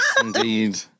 indeed